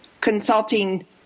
consulting